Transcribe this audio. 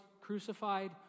crucified